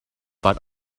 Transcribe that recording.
but